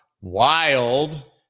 wild